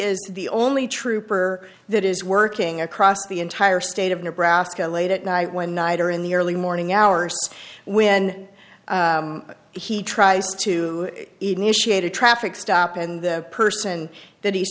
is the only trooper that is working across the entire state of nebraska late at night when night or in the early morning hours when he tries to initiate a traffic stop and the person that he's